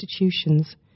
institutions